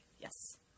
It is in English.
Yes